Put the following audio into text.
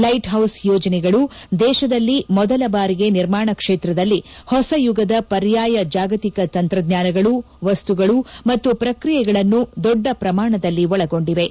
light house ಯೋಜನೆಗಳು ದೇಶದಲ್ಲಿ ಮೊದಲ ಬಾರಿಗೆ ನಿರ್ಮಾಣ ಕ್ಷೇತ್ರದಲ್ಲಿ ಹೊಸ ಯುಗದ ಪರ್ಯಾಯ ಜಾಗತಿಕ ತಂತ್ರಜ್ಞಾನಗಳು ವಸ್ತುಗಳು ಮತ್ತು ಪ್ರಕ್ರಿಯೆಗಳನ್ನು ದೊಡ್ಡ ಪ್ರಮಾಣದಲ್ಲಿ ಒಳಗೊಂಡಿವೆ